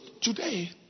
today